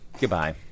Goodbye